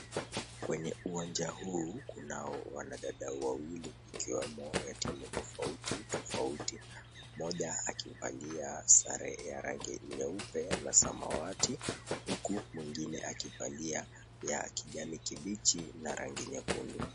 Kwenye uwanja huu kunao wanadada wawili wakiwemo wa timu tofauti tofauti. Mmoja akivalia sare ya rangi nyeupe na samawati, huku mwingine akivalia ya kijani kibichi na nyekundu.